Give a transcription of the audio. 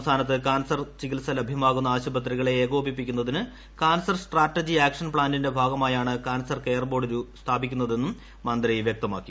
സംസ്ഥാനത്ത് കാൻസർ ചികിത്സ ലഭ്യമാകുന്ന ആശുപത്രികളെ ഏകോപിപ്പിക്കുന്നതിന് കാൻസർ സ്ട്രാറ്റജി ആക്ഷൻ പ്താനിന്റെ ഭാഗമായാണ് കാൻസർ കെയർ ബോർഡ് സ്ഥാപിക്കുന്നതെന്നും മന്ത്രി വ്യക്തമാക്കി